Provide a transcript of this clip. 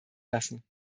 lassen